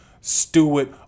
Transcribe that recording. Stewart